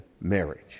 marriage